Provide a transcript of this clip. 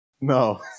No